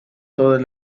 todas